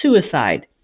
suicide